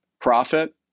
profit